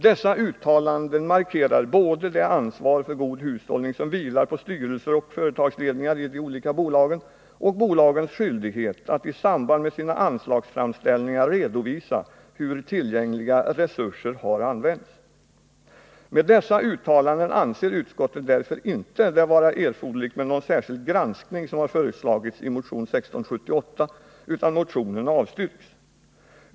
Dessa uttalanden markerar både det ansvar för god hushållning som vilar på styrelser och företagsledningar i de olika bolagen och bolagens skyldighet att i samband med sina anslagsframställningar redovisa hur tillgängliga resurser har använts. Med dessa uttalanden anser utskottet därför inte det vara erforderligt med någon sådan särskild granskning som har föreslagits i motion 1678, utan motionen avstyrks.